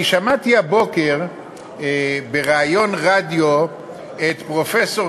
אני שמעתי הבוקר בראיון רדיו את פרופסור